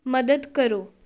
ਮਦਦ ਕਰੋ